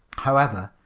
however,